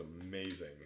amazing